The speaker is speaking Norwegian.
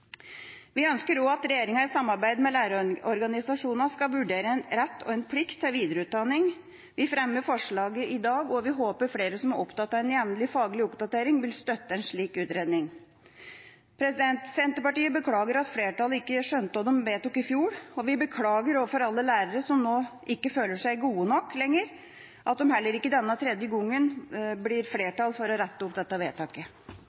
Vi ønsker også at regjeringa, i samarbeid med lærerorganisasjonene, skal vurdere en rett og en plikt til videreutdanning. Vi fremmer forslaget i dag, og vi håper at flere som er opptatt av en jevnlig faglig oppdatering, vil støtte en slik utredning. Senterpartiet beklager at flertallet ikke skjønte hva de vedtok i fjor, og vi beklager overfor alle lærere som nå ikke føler seg gode nok lenger, at det heller ikke denne tredje gangen blir flertall for å rette opp det vedtaket